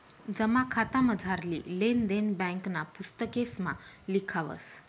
जमा खातामझारली लेन देन ब्यांकना पुस्तकेसमा लिखावस